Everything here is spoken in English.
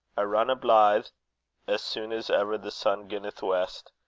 i renne blithe as soon as ever the sun ginneth west,